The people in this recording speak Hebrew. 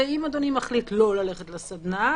ואם אדוני מחליט לא ללכת לסדנה,